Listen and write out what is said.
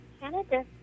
Canada